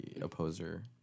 opposer